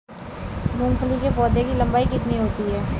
मूंगफली के पौधे की लंबाई कितनी होती है?